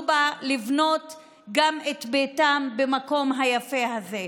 בהם לבנות גם את ביתם במקום היפה הזה.